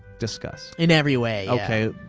discuss. in every way, yeah.